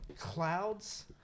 clouds